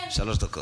שלוש דקות.